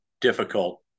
difficult